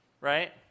right